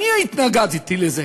אני התנגדתי לזה,